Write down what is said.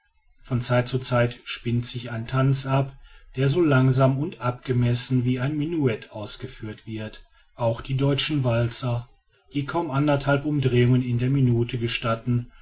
von zeit zu zeit spinnt sich ein tanz ab der so langsam und abgemessen wie ein menuett ausgeführt wird auch die deutschen walzer die kaum anderthalb umdrehungen in der minute gestatten